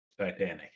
Titanic